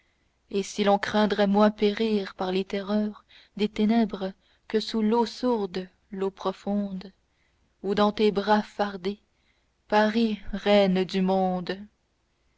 et si l'on craindrait moins périr par les terreurs des ténèbres que sous l'eau sourde l'eau profonde ou dans tes bras fardés paris reine du monde